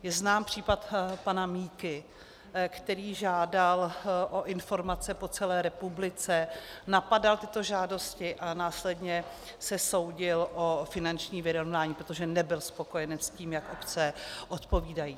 Je znám případ pana Míky, který žádal o informace po celé republice, napadal tyto žádosti a následně se soudil o finanční vyrovnání, protože nebyl spokojen s tím, jak obce odpovídají.